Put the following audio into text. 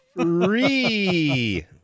Free